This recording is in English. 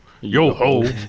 yo-ho